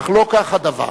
אך לא כך הדבר.